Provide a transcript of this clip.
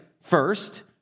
first